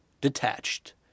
detached